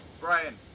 Brian